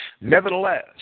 Nevertheless